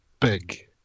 big